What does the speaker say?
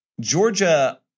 Georgia